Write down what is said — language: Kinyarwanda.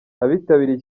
abitabiriye